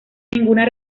ninguna